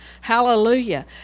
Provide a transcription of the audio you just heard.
hallelujah